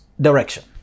direction